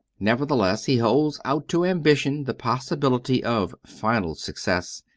nevertheless, he holds out to ambition the possibility of final success,